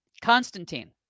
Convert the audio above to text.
Constantine